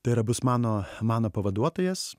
tai yra bus mano mano pavaduotojas